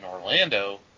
Orlando